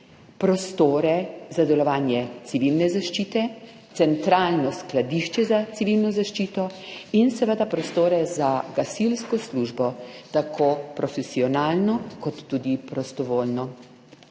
Prostore za delovanje civilne zaščite, centralno skladišče za civilno zaščito in seveda prostore za gasilsko službo, tako profesionalno kot tudi prostovoljno.